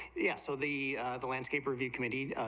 yeah so the the landscape review committee,